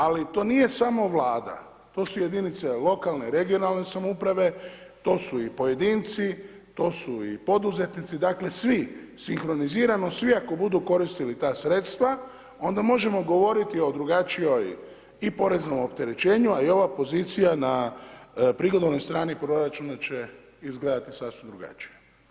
Ali to nije samo Vlada, to su jedinice lokalne regionalne samouprave, to su i pojedinci, to su i poduzetnici, dakle svi, sinkronizirano svi ako budu koristili ta sredstva, onda možemo govoriti o drugačijoj i poreznoj opterećenju, a i ova pozicija na prihodovnoj strani proračuna, će izgledati sasvim drugačije.